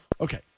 Okay